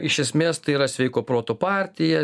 iš esmės tai yra sveiko proto partija